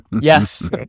Yes